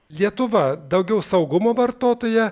lietuva daugiau saugumo vartotoja